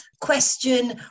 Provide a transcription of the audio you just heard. question